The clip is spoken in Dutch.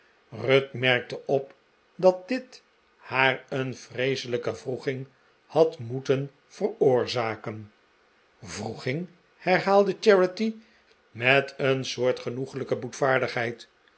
ruth merkte op dat dit haar een vreeselijke wroeging had moeten veroorzaken wroeging herhaalde charity met een soort genoeglijke